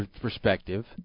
perspective